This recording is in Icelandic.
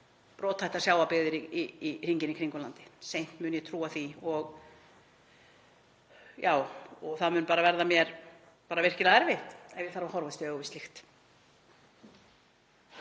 brothættar sjávarbyggðir hringinn í kringum landið, seint mun ég trúa því. Það mun bara verða mér virkilega erfitt ef ég þarf að horfast í augu við slíkt.